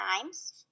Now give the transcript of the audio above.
Times